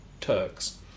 Turks